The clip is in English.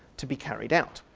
to be carried out.